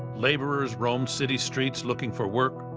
laborers roamed city streets looking for work,